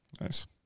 nice